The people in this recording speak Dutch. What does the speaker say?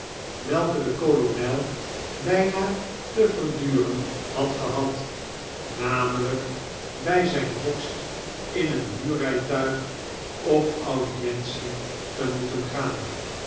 welke de kolonel bijna te verduren had gehad namelijk bij zijn vorst in een huurrijtuig op audientie te moeten gaan